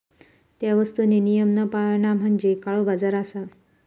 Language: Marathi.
त्या वस्तुंनी नियम न पाळणा म्हणजे काळोबाजार असा